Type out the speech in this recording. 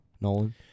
Nolan